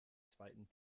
zweiten